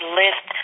list